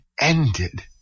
ended